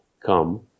come